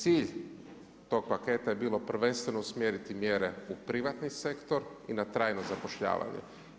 Cilj tog paketa je bilo prvenstveno usmjeriti mjere u privatni sektor i na trajno zapošljavanje.